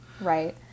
Right